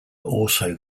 also